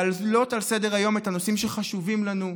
להעלות לסדר-היום את הנושאים שחשובים לנו,